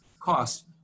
cost